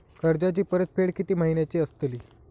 कर्जाची परतफेड कीती महिन्याची असतली?